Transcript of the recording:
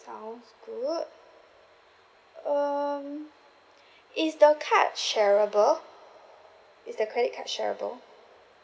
sounds good um is the card shareable is the credit card shareable